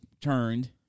turned